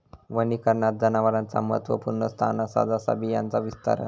वनीकरणात जनावरांचा महत्त्वपुर्ण स्थान असा जसा बियांचा विस्तारण